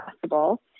possible